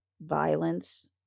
violence